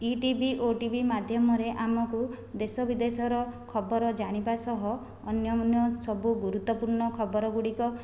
ETV OTV ମାଧ୍ୟମରେ ଆମକୁ ଦେଶ ବିଦେଶର ଖବର ଜାଣିବା ସହ ଅନ୍ୟ ଅନ୍ୟ ସବୁ ଗୁରୁତ୍ୱପୂର୍ଣ୍ଣ ଖବର ଗୁଡ଼ିକ